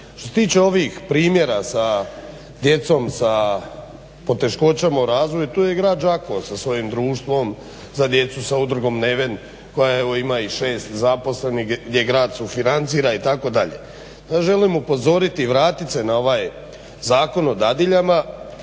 Što se tiče ovih primjera sa djecom sa poteškoćama u razvoju tu je i grad Đakovo sa svojim Društvom za djecu sa Udrugom Neven koja evo ima i 6 zaposlenih gdje grad sufinancira itd. ja želim upozoriti i vratiti se na ovaj Zakon o dadiljama